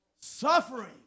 Suffering